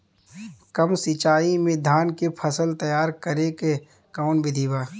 कम सिचाई में धान के फसल तैयार करे क कवन बिधि बा?